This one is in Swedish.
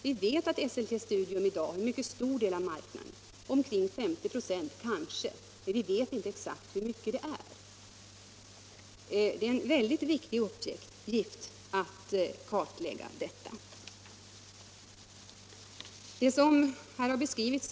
Vi vet att Esselte Studium i dag har en mycket stor del av marknaden — omkring 50 96 kanske; vi vet inte exakt hur mycket det är. Att kartlägga detta är en väldigt viktig uppgift. Här har talats om en kuslig situation.